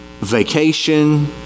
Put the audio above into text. vacation